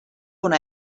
una